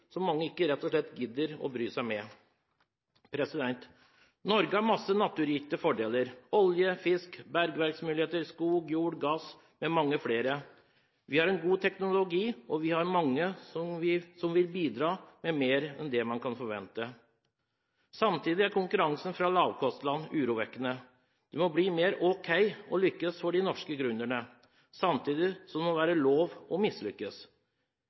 mange rett og slett ikke gidder å bry seg med. Norge har mange naturgitte fordeler: olje, fisk, bergverksmuligheter, skog, jord, gass mfl. Vi har god teknologi, og vi har mange som vil bidra med mer enn det man kan forvente. Samtidig er konkurransen fra lavkostland urovekkende. Det må bli mer ok å lykkes for de norske gründerne, samtidig som det må være lov til å mislykkes